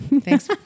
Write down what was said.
Thanks